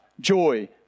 joy